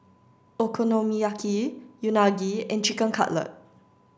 Okonomiyaki Unagi and Chicken Cutlet